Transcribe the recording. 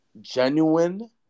genuine